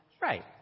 Right